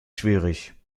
schwierig